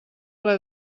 ple